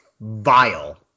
vile